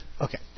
Okay